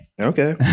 Okay